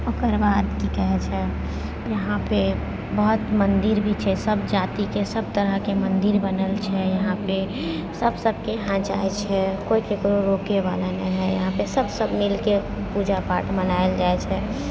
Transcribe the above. ओकर बाद की कहै छै यहाँपर बहुत मन्दिर भी छै सब जातिके सब तरहके मन्दिर बनल छै यहाँपर सब सबके यहाँ जाइ छै कोइ ककरो रोकैवला नहि यहाँपर सब मिलिकऽ पूजापाठ मनाएल जाइ छै